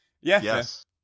yes